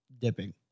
dipping